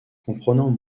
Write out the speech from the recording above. comprenant